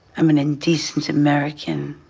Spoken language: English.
i'm an indecent american,